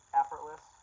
effortless